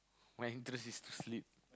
my interest is to sleep